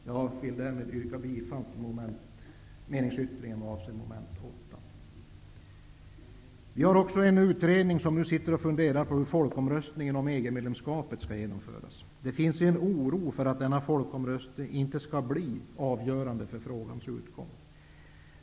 Jag vill därmed yrka bifall till meningsyttringen avseende mom. 8. Vi har också en utredning som nu sitter och funderar på hur folkomröstningen om EG medlemskapet skall genomföras. Det finns en oro för att denna folkomröstning inte skall bli avgörande för frågans utgång.